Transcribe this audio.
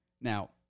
Now